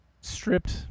stripped